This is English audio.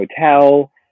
hotel